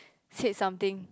said something